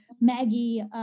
Maggie